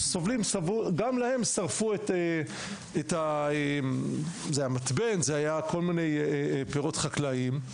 שגם להם שרפו את המתבן ועוד כל מיני פירות חקלאיים,